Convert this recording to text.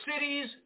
cities